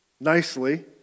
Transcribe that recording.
Nicely